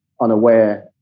unaware